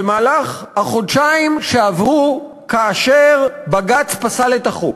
במהלך החודשיים שעברו כאשר בג"ץ פסל את החוק,